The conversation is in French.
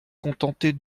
contenter